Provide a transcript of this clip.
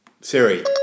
Siri